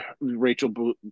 Rachel